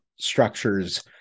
structures